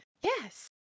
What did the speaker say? yes